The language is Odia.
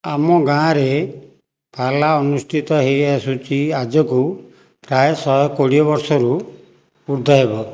ଆମ ଗାଁରେ ପାଲା ଅନୁଷ୍ଠିତ ହୋଇ ଆସୁଛି ଆଜକୁ ପ୍ରାୟ ଶହେ କୋଡ଼ିଏ ବର୍ଷରୁ ଉର୍ଦ୍ଧ ହେବ